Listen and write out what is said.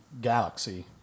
Galaxy